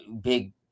big